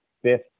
fifth